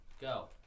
go